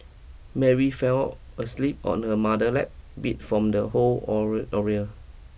Mary fell asleep on her mother lap beat from the whole oral ordeal